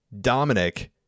Dominic